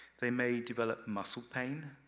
they may develop muscle pain,